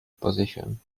position